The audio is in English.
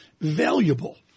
valuable